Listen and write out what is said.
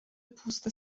پوست